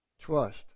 trust